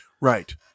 Right